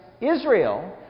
Israel